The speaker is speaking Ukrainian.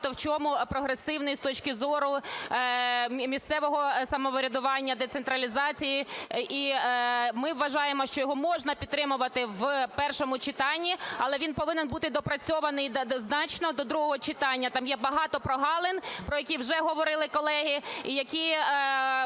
в чому прогресивний з точки зору місцевого самоврядування, децентралізації і ми вважаємо, що його можна підтримувати в першому читанні, але він повинен бути доопрацьований значно до другого читання. Там є багато прогалин, про які вже говорили колеги, і які…